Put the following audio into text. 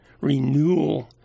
renewal